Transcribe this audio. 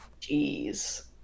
jeez